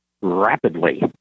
rapidly